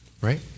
Right